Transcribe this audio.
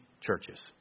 churches